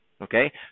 Okay